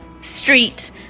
street